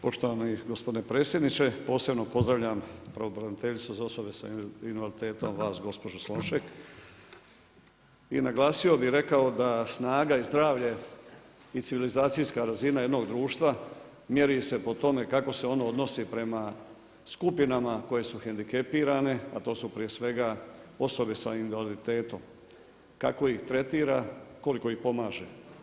Poštovani gospodine predsjedniče, posebno pozdravljam pravobraniteljicu za osobe sa invaliditetom, vas gospođo Slonjšak i naglasio bih, rekao da snaga i zdravlje i civilizacijska razina jednog društva mjeri se po tome kako se on odnosi prema skupinama koje su hendikepirane, a to su prije svega osobe sa invaliditetom, kako ih tretira, koliko ih pomaže.